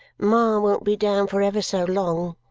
ma won't be down for ever so long,